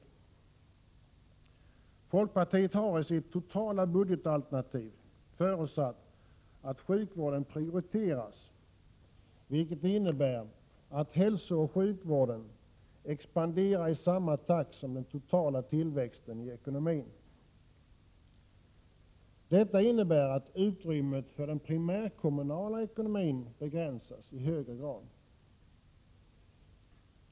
Vi i folkpartiet har i vårt totala budgetalternativ förutsatt att sjukvården prioriteras, vilket innebär att hälsooch sjukvården expanderar i samma takt som den totala tillväxten i ekonomin. Detta innebär att utrymmet för den primärkommunala ekonomin begränsas i högre grad.